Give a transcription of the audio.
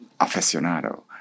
aficionado